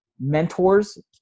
mentors